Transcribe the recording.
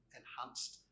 enhanced